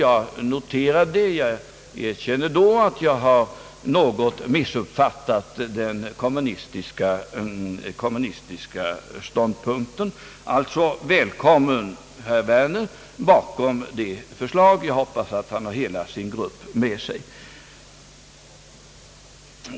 Jag får notera det, och jag erkänner då att jag något missuppfattat den kommunistiska ståndpunkten. Välkommen, herr Werner, bakom detta förslag! Jag hoppas att han har hela sin grupp med sig.